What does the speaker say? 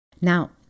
Now